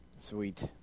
sweet